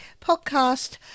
podcast